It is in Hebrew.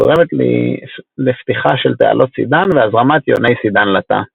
הגורמת לפתיחה של תעלות סידן והזרמת יוני סידן לתא.